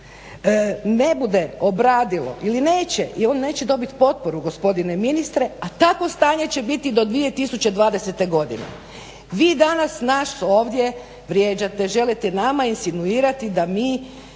ne bude obradilo ili neće, i on neće dobit potporu gospodine ministre, a takvo stanje će biti do 2020. godine. Vi danas nas ovdje vrijeđate, želite nama insinuirati da mi